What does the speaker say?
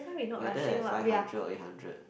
whether have five hundred or eight hundred